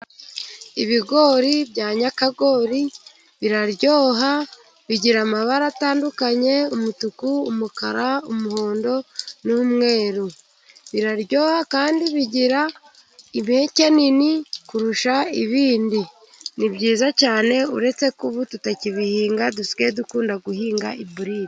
Ibigori bya nyakagori biraryoha. Bigira amabara atandukanye. Umutuku, umukara, umuhondo n'umweru. Biraryoha kandi bigira impeke nini kurusha ibindi. Ni byiza cyane uretse ko ubu tutakibihinga, dusigaye dukunda guhinga iburide.